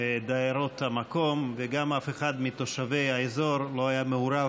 דיירות המקום וגם אף אחד מתושבי האזור לא היה מעורב